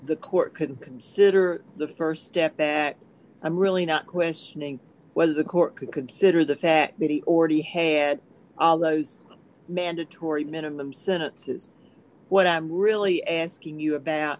the court could consider the st step that i'm really not questioning whether the court could consider the fact that he already had those mandatory minimum sentences what i'm really asking you about